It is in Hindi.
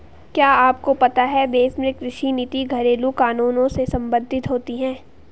क्या आपको पता है देश में कृषि नीति घरेलु कानूनों से सम्बंधित होती है?